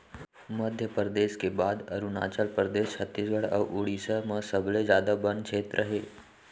मध्यपरेदस के बाद अरूनाचल परदेस, छत्तीसगढ़ अउ उड़ीसा म सबले जादा बन छेत्र हे